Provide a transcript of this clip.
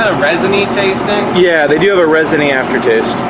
ah resiny tasting yeah they do have a resiny after taste.